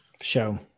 Show